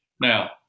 Now